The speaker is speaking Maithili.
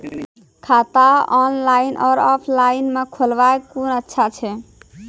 खाता ऑनलाइन और ऑफलाइन म खोलवाय कुन अच्छा छै?